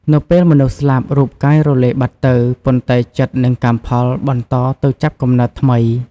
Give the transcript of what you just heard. នៅពេលមនុស្សស្លាប់ រូបកាយរលាយបាត់ទៅ ប៉ុន្តែចិត្តនិងកម្មផលបន្តទៅចាប់កំណើតថ្មី។